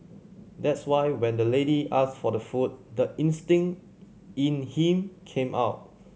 that's why when the lady asked for the food the instinct in him came out